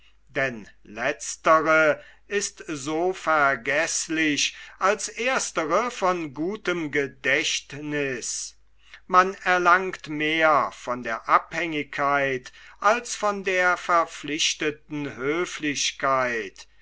denn letztere ist so vergeßlich als erstere von gutem gedächtniß man erlangt mehr von der abhängigkeit als von der verpflichteten höflichkeit